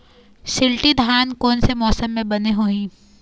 शिल्टी धान कोन से मौसम मे बने होही?